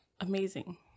Amazing